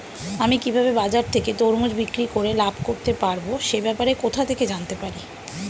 আমি কিভাবে বাজার থেকে তরমুজ বিক্রি করে লাভ করতে পারব সে ব্যাপারে কোথা থেকে জানতে পারি?